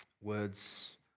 words